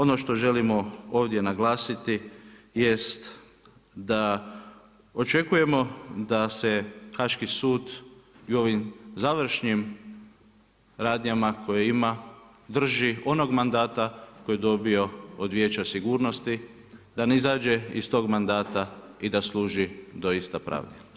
Ono što želimo ovdje naglasiti jest da očekujemo da se Haški sud i u ovim završnim radnjama koje ima drži onog mandata koji je dobio od Vijeća sigurnosti da ne izađe iz tog mandata i da služi doista pravdi.